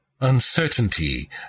UNCERTAINTY